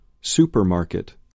Supermarket